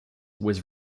was